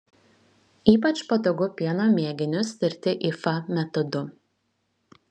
ypač patogu pieno mėginius tirti ifa metodu